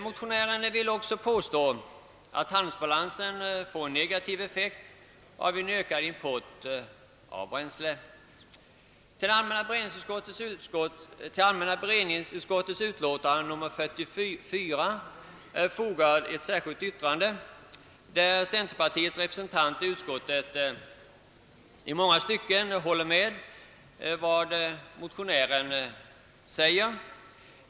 Motionären vill också göra gällande att handelsbalansen påverkas negativt av en ökad import av bränsle. Till allmänna beredningsutskottets utlåtande nr 44 är fogat ett särskilt yttrande, där centerpartiets representanter i utskottet i många stycken håller med om vad motionären säger.